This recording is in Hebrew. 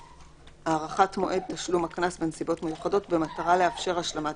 הארכת מועד תשלום הקנס בנסיבות מיוחדות במטרה לאפשר השלמת